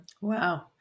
wow